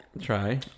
Try